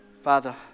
Father